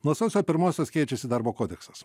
nuo sausio pirmosios keičiasi darbo kodeksas